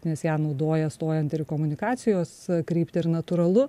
nes ją naudoja stojant ir komunikacijos kryptį ir natūralu